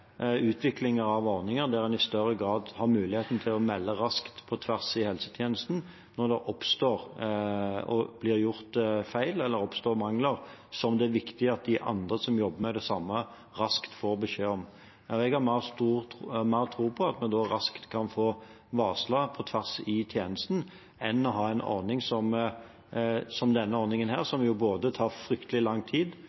av ordninger der en i større grad har muligheten til å melde raskt, på tvers i helsetjenesten, når det oppstår og blir gjort feil, eller oppstår mangler som det er viktig at de andre som jobber med det samme, raskt får beskjed om. Jeg har mer tro på at vi da raskt kan få varslet på tvers i tjenesten, enn med en ordning som denne, som